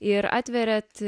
ir atveriate